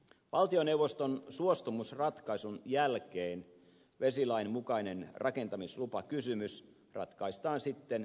valtioneuvoston suostumusratkaisun jälkeen vesilain mukainen rakentamislupakysymys ratkaistaan sitten ympäristölupavirastossa